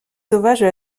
sauvages